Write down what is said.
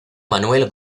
manuel